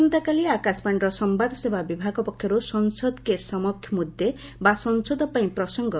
ଆସନ୍ତାକାଲି ଆକାଶବାଣୀର ସମ୍ଭାଦସେବା ବିଭାଗ ପକ୍ଷରୁ 'ସଂସଦ କେ ସମକ୍ଷ ମୁଦେ'ବା ସଂସଦ ପାଇଁ ପ୍ରସଙ୍ଗ'